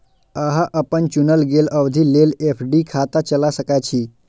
अहां अपन चुनल गेल अवधि लेल एफ.डी खाता चला सकै छी